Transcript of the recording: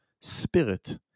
spirit